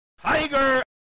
Tiger